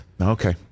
Okay